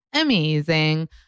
amazing